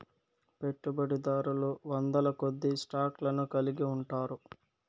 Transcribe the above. పెట్టుబడిదారులు వందలకొద్దీ స్టాక్ లను కలిగి ఉంటారు